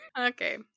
Okay